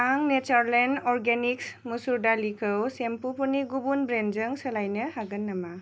आं Natureland' organics मुसुर दालिखौ सेम्पुफोरनि गुबुन ब्रेन्डजों सोलायनो हागोन नामा